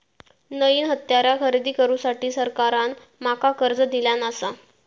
नईन हत्यारा खरेदी करुसाठी सरकारान माका कर्ज दिल्यानं आसा